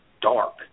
dark